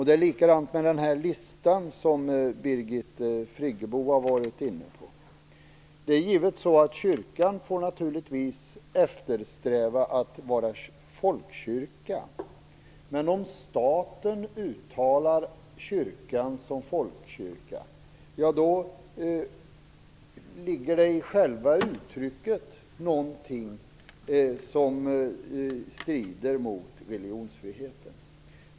Det är likadant med den lista som Birgit Friggebo var inne på. Det är givet att kyrkan får eftersträva att vara folkkyrka. Men om staten uttalar kyrkan som folkkyrka ligger det i själva uttrycket någonting som strider mot religionsfriheten.